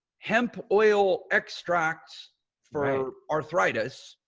hemp oil extract for arthritis,